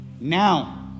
now